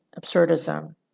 absurdism